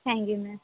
thank you ma'am